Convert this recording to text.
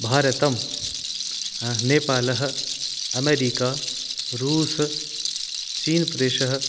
भारतं नेपालः अमेरिका रूस् चीन्प्रदेशः